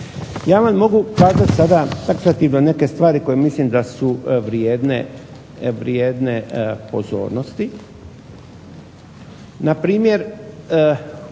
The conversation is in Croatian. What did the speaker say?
Ja vam mogu kazati sada taksativno neke stvari koje mislim da su vrijedne pozornosti. .../Loša